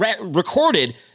recorded